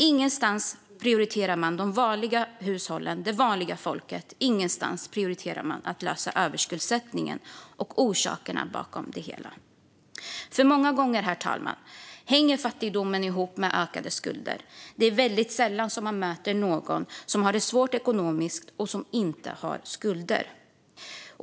Ingenstans prioriterar man de vanliga hushållen och det vanliga folket. Ingenstans prioriterar man att lösa överskuldsättningen och orsakerna bakom det hela. Herr talman! Många gånger hänger fattigdomen ihop med ökade skulder. Det är väldigt sällan som man möter någon som har det svårt ekonomiskt och som inte har skulder.